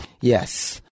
yes